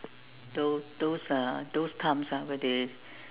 tho~ those uh those times ah where they